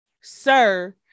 sir